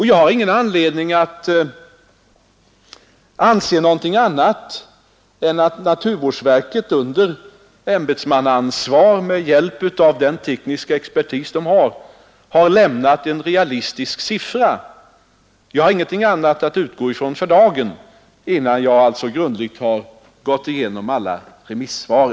Jag har ingen anledning att anse annat än att naturvårdsverket under ämbetsmannaansvar med hjälp av sin tekniska expertis har lämnat en realistisk siffra att utgå ifrån för dagen, alltså innan jag grundligt har gått igenom alla remissvaren.